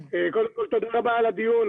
קודם כל תודה רבה על הדיון,